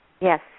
Yes